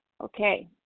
Okay